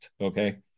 okay